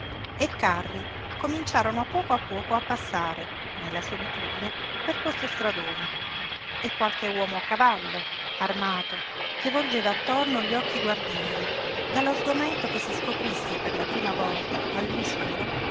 e carri cominciarono a poco a poco a passare nella solitudine per questo stradone e qualche uomo a cavallo armato che volgeva attorno gli occhi guardinghi dallo sgomento che si scoprisse per la prima volta a lui solo